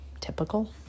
typical